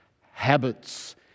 habits